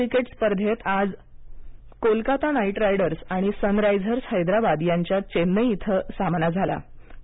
cricket स्पर्धेत आज Kolkata knight riders आणि सन रायझर्स हैदराबाद यांच्यात चेन्नई इथं सामना सुरू आहे